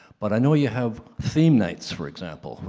but i know you have theme nights, for example,